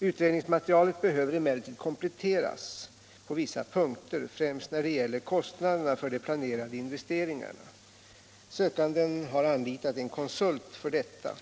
Utredningsmaterialet behöver emellertid kompletteras på vissa punkter, främst när det gäller kostnaderna för de planerade investeringarna. Sökanden har anlitat en konsult för detta.